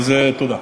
תודה.